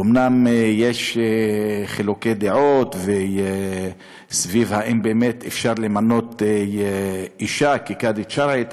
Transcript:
אומנם יש חילוקי דעות אם אפשר למנות אישה לקאדית שרעית,